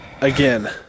again